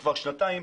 הכנסת.